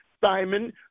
Simon